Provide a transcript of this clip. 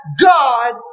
God